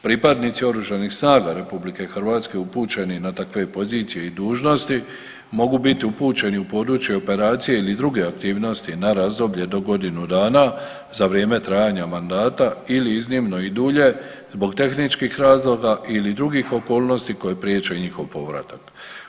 Pripadnici OSRH upućeni na takve pozicije i dužnosti mogu biti upućeni u područje operacije ili druge aktivnosti na razdoblje do godinu dana za vrijeme trajanja mandata ili iznimno i dulje zbog tehničkih razloga ili drugih okolnosti koje priječe njihov povratak.